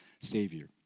savior